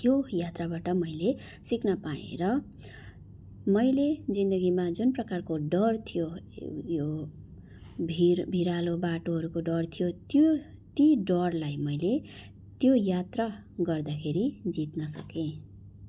त्यो यात्राबाट मैले सिक्न पाएँ र मैले जिन्दगीमा जुन प्रकारको डर थियो यो भिर भिरालो बाटोहरूको डर थियो त्यो ती डरलाई मैले त्यो यात्रा गर्दाखेरि जित्न सकेँ